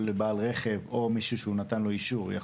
כל בעל רכב או מישהו שקיבל אישור יכול